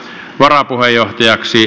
varapuheenjohtajaksi